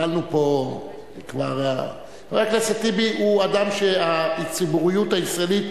חבר הכנסת טיבי הוא אדם שהציבוריות הישראלית